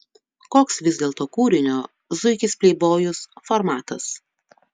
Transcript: koks vis dėlto kūrinio zuikis pleibojus formatas